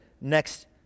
next